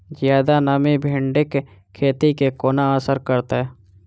जियादा नमी भिंडीक खेती केँ कोना असर करतै?